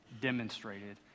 demonstrated